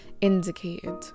indicated